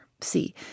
see